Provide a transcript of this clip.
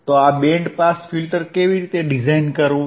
તો આ band pass filter કેવી રીતે ડિઝાઇન કરવું